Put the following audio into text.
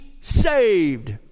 saved